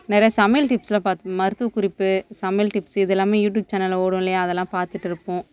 நிறைய சமையல் டிப்ஸ்லாம் மருத்துவ குறிப்பு சமையல் டிப்ஸ் இது எல்லோமே யூடூப் சேனலில் ஓடும் இல்லையா அதெல்லாம் பார்த்துட்ருப்போம்